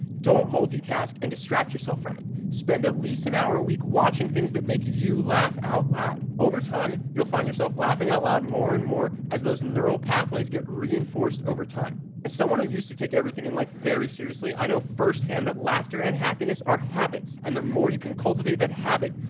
don't multitask and distract yourself from it. spend at least an hour a week watching things that make you laugh out loud. over time, you'll find yourself laughing out loud more and more as those neural pathways get reinforced over time. as someone who used to take everything in life very seriously, i know firsthand that laughter and happiness are habits and the more you can cultivate that habit,